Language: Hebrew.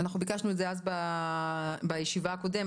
אנחנו ביקשנו את זה אז בישיבה הקודמת.